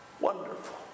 Wonderful